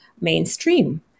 mainstream